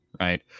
Right